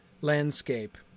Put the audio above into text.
landscape